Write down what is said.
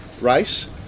race